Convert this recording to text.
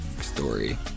story